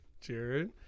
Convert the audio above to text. Jared